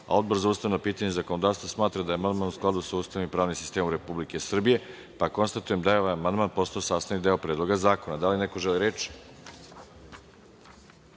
za ustavna pitanja i zakonodavstvo smatra da je amandman u skladu sa Ustavom i pravnim sistemom Republike Srbije. Konstatujem da je ovaj amandman postao sastavni deo Predloga zakona. Da li neko želi reč?